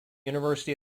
university